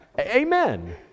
Amen